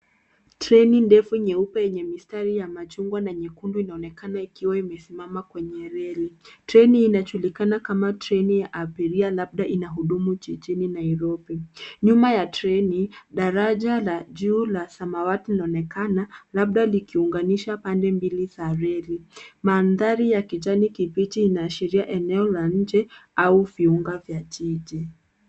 Treni ndefu nyeupe yenye mistari ya machungwa na nyekundu inaonekana ikiwa imesimama kwenye reli. Treni inajulikana kama treni ya abiria labda inahudumu jijini Nairobi. Nyuma ya treni, daraja la juu la samawati linaonekana, labda likiunganisha pande mbili za reli. Mandhari ya kijani kibichi inaashiria eneo la nje au viunga vya jiji.